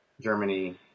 Germany